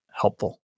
helpful